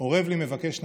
אורב לי מבקש נפשי.